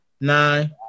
nine